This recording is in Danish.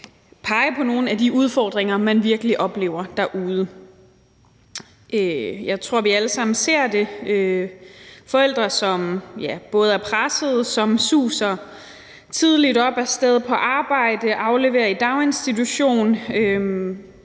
pege på nogle af de udfordringer, man virkelig oplever derude. Jeg tror, vi alle sammen ser det: Forældre, som er pressede, som står tidligt op, afleverer børnene i daginstitution